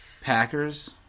Packers